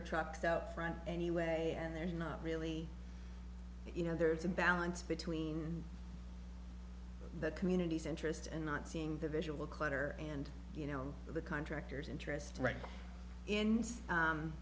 or trucks out front anyway and they're not really you know there's a balance between the community's interests and not seeing the visual clutter and you know the contractors interest